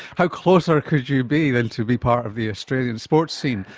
how closer could you be than to be part of the australian sports scene?